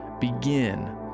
begin